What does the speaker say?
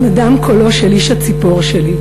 שבו נדם קולו של איש הציפור שלי,